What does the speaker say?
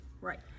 Right